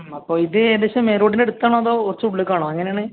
അപ്പോൾ ഇത്ഏകദേശം മെയിൻ റോഡിന് അടുത്താണോ കുറച്ച് ഉള്ളിലേക്കാണോ എങ്ങനെയാണ്